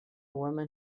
woman